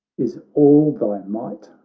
is all thy might,